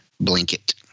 blanket